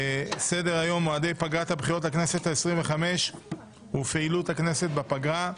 סדר היום: מועדי פגרת הבחירות לכנסת ה-25 ופעילות הכנסת בפגרה.